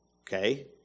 Okay